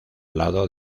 lado